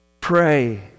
Pray